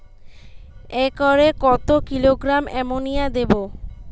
একরে কত kilogram ammonia দেবো?